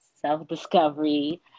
self-discovery